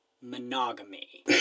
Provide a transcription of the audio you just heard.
monogamy